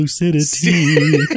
Lucidity